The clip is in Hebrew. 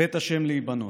בית ה' להבנות,